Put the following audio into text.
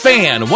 Fan